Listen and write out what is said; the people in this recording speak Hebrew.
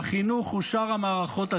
החינוך ושאר המערכות הציבוריות.